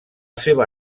seva